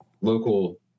local